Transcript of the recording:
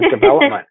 development